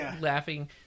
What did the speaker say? laughing